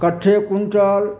कठ्ठे quintal